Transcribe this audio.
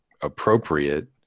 appropriate